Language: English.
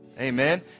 Amen